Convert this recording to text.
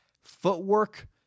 Footwork